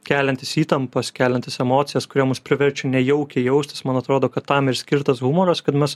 keliantis įtampas keliantis emocijas kurie mus priverčia nejaukiai jaustis man atrodo kad tam ir skirtas humoras kad mes